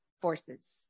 forces